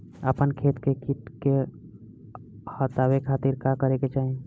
अपना खेत से कीट के हतावे खातिर का करे के चाही?